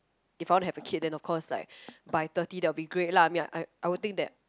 if I wanna have a kid then of course like by thirty that will be great lah I mean I I will think that